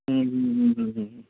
ಹ್ಞೂ ಹ್ಞೂ ಹ್ಞೂ ಹ್ಞೂ